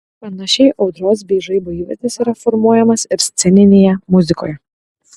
panašiai audros bei žaibo įvaizdis yra formuojamas ir sceninėje muzikoje